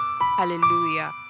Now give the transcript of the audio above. Hallelujah